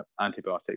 antibiotic